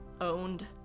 owned